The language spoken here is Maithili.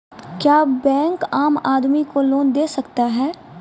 क्या बैंक आम आदमी को लोन दे सकता हैं?